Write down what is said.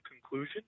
conclusion